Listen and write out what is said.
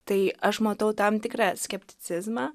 tai aš matau tam tikrą skepticizmą